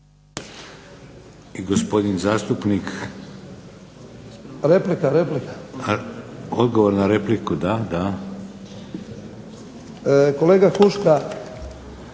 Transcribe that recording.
I gospodin zastupnik. …/Upadica: Replika./… Odgovor na repliku, da, da. **Lucić,